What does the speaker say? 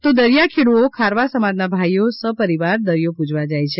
તો દરિયાખેડઓ ખારવા સમાજના ભાઇઓ સપરિવાર દરિયોપૂજવા જાય છે